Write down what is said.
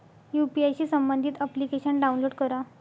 UPI शी संबंधित application download करा